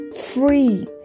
free